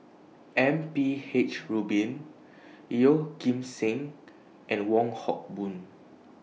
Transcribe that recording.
M P H Rubin Yeoh Ghim Seng and Wong Hock Boon